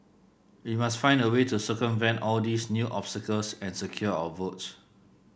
we must find a way to circumvent all these new obstacles and secure our votes